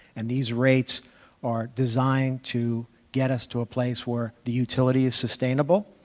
and these rates are designed to get us to a place where the utility is sustainable,